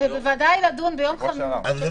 את מדברת על שבוע שעבר.